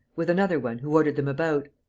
with another one, who ordered them about.